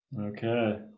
Okay